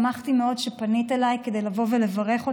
שמחתי מאוד שפנית אליי כדי לבוא ולברך אותך,